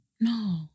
No